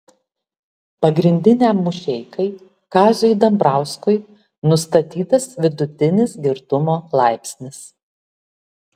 pagrindiniam mušeikai kaziui dambrauskui nustatytas vidutinis girtumo laipsnis